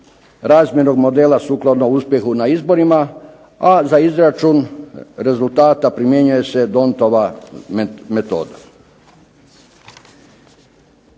razmjernog modela sukladno uspjehu na izborima, a za izračun rezultata primjenjuje se Dontova metoda.